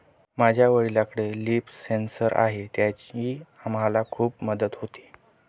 माझ्या वडिलांकडे leaf sensor आहे त्याची आम्हाला खूप मदत होते